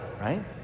right